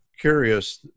curious